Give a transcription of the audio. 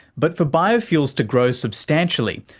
but for biofuels to grow substantially,